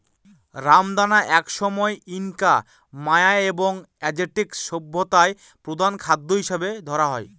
রামদানা একসময় Inca, Maya এবং অ্যাজটেক সভ্যতায় প্রধান খাদ্য হিসাবে ধরা হত